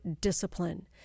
discipline